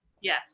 Yes